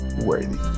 worthy